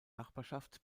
nachbarschaft